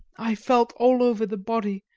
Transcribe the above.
i felt all over the body,